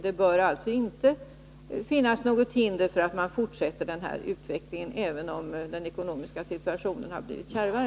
Det bör alltså inte finnas något hinder för att fortsätta den här utvecklingen, även om den ekonomiska situationen blivit kärvare.